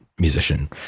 musician